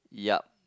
yup